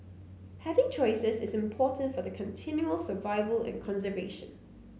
having choices is important for their continual survival and conservation